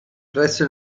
presso